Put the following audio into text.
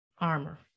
armor